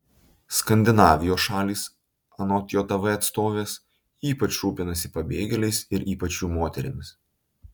skandinavijos šalys anot jav atstovės ypač rūpinasi pabėgėliais ir ypač jų moterimis